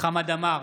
חמד עמאר,